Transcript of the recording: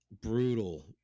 brutal